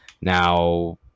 Now